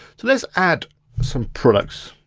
so let's add some products.